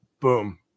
Boom